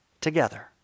together